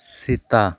ᱥᱮᱛᱟ